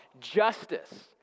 justice